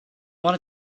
wanna